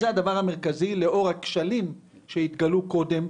זה הדבר המרכזי לאור הכשלים שהתגלו קודם,